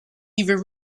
even